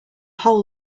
whole